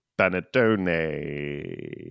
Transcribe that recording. panettone